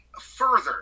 further